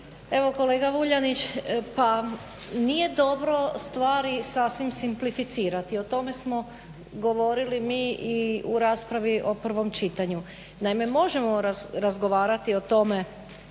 Evo kolega Vuljanić, pa nije dobro stvari sasvim simplificirati. O tome smo govorili mi i u raspravi u prvom čitanju. Naime, možemo razgovarati o tome